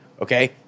okay